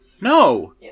No